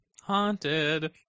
Haunted